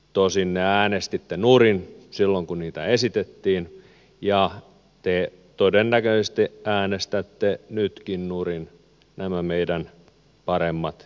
tosin ne äänestitte nurin silloin kun niitä esitettiin ja te todennäköisesti äänestätte nytkin nurin nämä meidän paremmat esityksemme